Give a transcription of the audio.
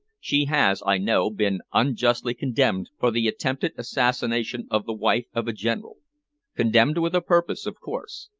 she has, i know, been unjustly condemned for the attempted assassination of the wife of a general condemned with a purpose, of course.